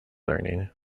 learning